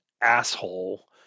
asshole